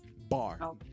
Bar